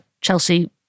Chelsea